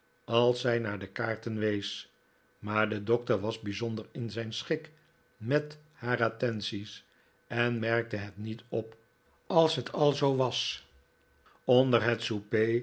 als zij naar de kaarten wees maar de doctor was bijzonder in zijn schik met haar attenties en merkte het niet op als het al zoo was onder het